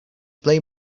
plej